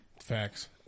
Facts